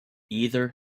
either